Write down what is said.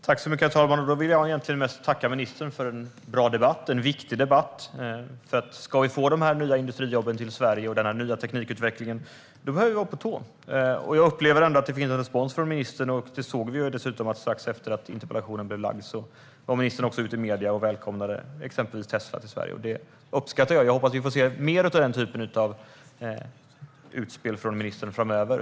Herr talman! Jag vill mest tacka ministern för en bra och viktig debatt. Ska vi få dessa nya industrijobb och denna nya teknikutveckling till Sverige behöver vi vara på tå. Jag upplever att det finns en respons från ministern. Vi såg dessutom att strax efter att interpellationen lades fram gick ministern ut i medierna och välkomnade exempelvis Tesla till Sverige. Detta uppskattar jag, och jag hoppas att vi får se fler sådana utspel från ministern framöver.